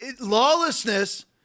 Lawlessness